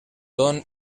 don